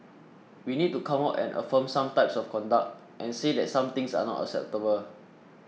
we need to come out and affirm some types of conduct and say that some things are not acceptable